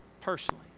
personally